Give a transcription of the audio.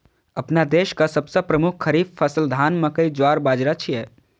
अपना देशक सबसं प्रमुख खरीफ फसल धान, मकई, ज्वार, बाजारा छियै